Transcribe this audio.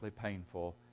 painful